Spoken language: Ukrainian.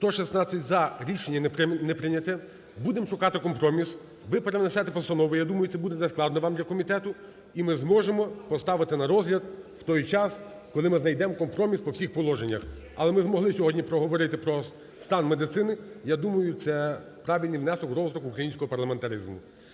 За-116 Рішення не прийнято. Будемо шукати компроміс. Ви перенесете постанову, я думаю, це буде нескладно вам, для комітету. І ми зможемо поставити на розгляд в той час, коли ми знайдемо компроміс по всіх положеннях. Але ми змогли сьогодні проговорити про стан медицини. Я думаю, це правильний внесок в розвиток українського парламентаризму.